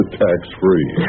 tax-free